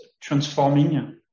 transforming